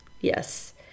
Yes